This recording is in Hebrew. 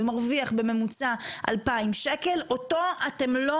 והוא מרוויח בממוצע 2,000 שקל אותו אתם לא